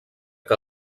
que